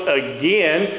again